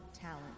talent